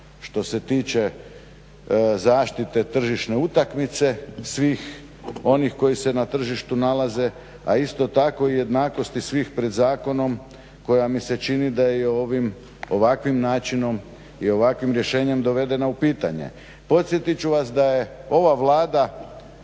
što se tiče zaštite tržišne utakmice svih onih koji se na tržištu nalaze, a isto tako i jednakosti svih pred zakonom koja mi se čini da je ovim ovakvim načinom i ovakvim rješenjem dovedene u pitanje. Podsjetit ću vas da je ova Vlada